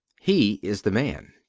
he is the man.